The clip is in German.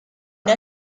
der